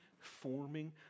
forming